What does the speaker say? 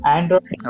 Android